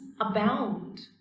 abound